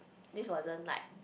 this wasn't like